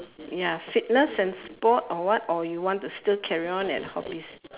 ya fitness and sport or what or you want to still carry on at hobbies